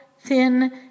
thin